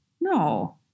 no